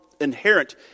inherent